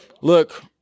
look –